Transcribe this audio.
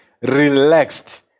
relaxed